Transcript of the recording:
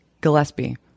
Gillespie